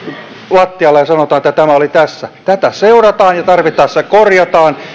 lattialle ja sanotaan että tämä oli tässä tätä seurataan ja tarvittaessa korjataan